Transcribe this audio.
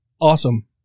Awesome